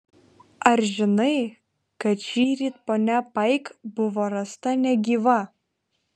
ar žinai kad šįryt ponia paik buvo rasta negyva